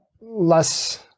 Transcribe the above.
less